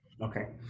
Okay